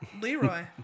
Leroy